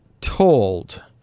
told